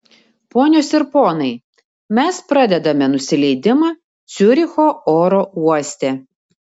ponios ir ponai mes pradedame nusileidimą ciuricho oro uoste